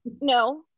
no